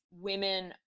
women